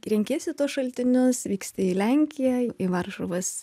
renkiesi tuos šaltinius vyksti į lenkiją į varšuvos